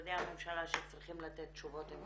משרדי הממשלה שצריכים לתת תשובות גם